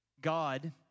God